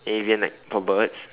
Avian like for birds